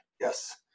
Yes